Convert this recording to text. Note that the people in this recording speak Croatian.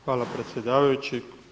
Hvala predsjedavajući.